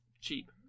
cheap